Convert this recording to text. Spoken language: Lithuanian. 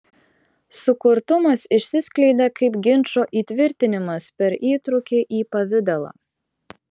sukurtumas išsiskleidė kaip ginčo įtvirtinimas per įtrūkį į pavidalą